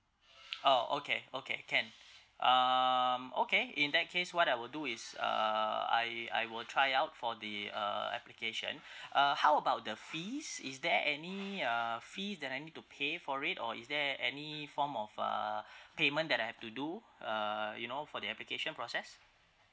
oh okay okay can um okay in that case what I will do is uh I I will try out for the uh application uh how about the fees is there any uh fees that I need to pay for it or is there any form of uh payment that I have to do uh you know for the application process